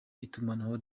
itumanaho